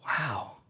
Wow